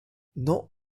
not